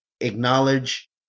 acknowledge